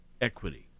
equity